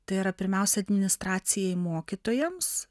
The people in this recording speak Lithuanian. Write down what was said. tai yra pirmiausia administracijai mokytojams